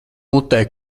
mutē